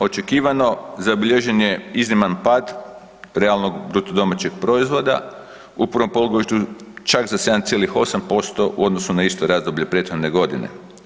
Očekivano, zabilježen je izniman pad realnog bruto domaćeg proizvoda, u prvom polugodištu čak za 7,8% u odnosu na isto razdoblje prethodne godine.